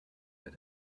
that